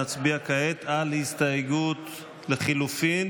נצביע כעת על הסתייגות 146 לחלופין